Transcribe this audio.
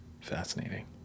Fascinating